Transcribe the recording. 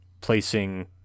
placing